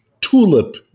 tulip